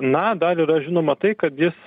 na dar yra žinoma tai kad jis